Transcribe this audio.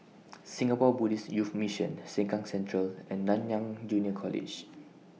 Singapore Buddhist Youth Mission Sengkang Central and Nanyang Junior College